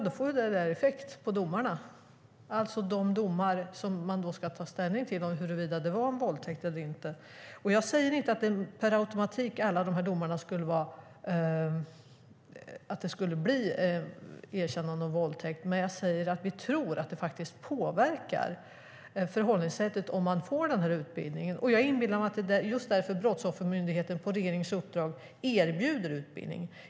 Det får effekt på domarna, alltså de domar där man ska ta ställning till huruvida det var våldtäkt eller inte. Jag säger inte att det i alla de domarna per automatik skulle bli ett erkännande av våldtäkt, men jag säger att vi tror att det faktiskt påverkar förhållningssättet om man får den här utbildningen. Jag inbillar mig att det är just därför Brottsoffermyndigheten på regeringens uppdrag erbjuder den här utbildningen.